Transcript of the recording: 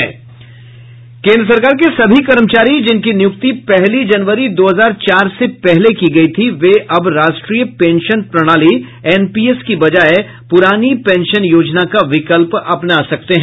केंद्र सरकार के सभी कर्मचारी जिनकी नियुक्ति पहली जनवरी दो हजार चार से पहले की गई थी वे अब राष्ट्रीय पेंशन प्रणाली एनपीएस की बजाय प्रानी पेंशन योजना का विकल्प अपना सकते हैं